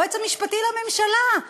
היועץ המשפטי לממשלה,